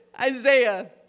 Isaiah